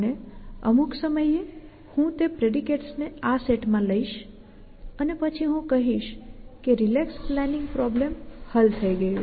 અને અમુક સમયે હું તે પ્રેડિકેટ્સ ને આ સેટ માં લઈશ અને પછી હું કહીશ કે રિલેક્સ પ્લાનિંગ પ્રોબ્લેમ હલ થઈ ગયું